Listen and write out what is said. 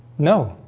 no,